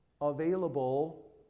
available